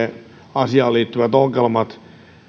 asiaan liittyvät ongelmat